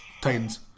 Titans